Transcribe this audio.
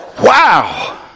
wow